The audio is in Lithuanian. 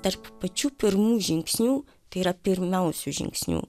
tarp pačių pirmųjų žingsnių tai yra pirmiausių žingsnių